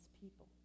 people